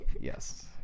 yes